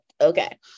okay